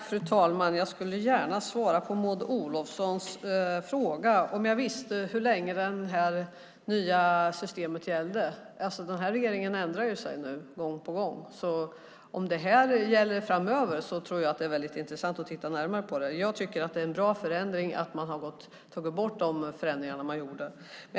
Fru talman! Jag skulle gärna svara på Maud Olofssons fråga om jag visste hur länge det här nya systemet skulle gälla. Den här regeringen ändrar ju sig gång på gång. Om det här gäller framöver tror jag att det är väldigt intressant att titta närmare på det. Jag tycker att det är en bra förändring att man har tagit bort de förändringar man gjorde. Fru talman!